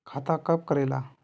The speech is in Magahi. खाता कब करेला?